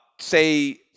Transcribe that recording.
say